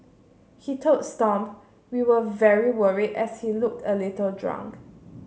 he told Stomp we were very worried as he looked a little drunk